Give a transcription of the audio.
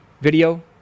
video